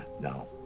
No